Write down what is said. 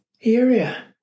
area